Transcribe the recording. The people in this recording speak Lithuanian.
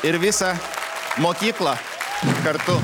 ir visą mokyklą kartu